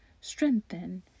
strengthen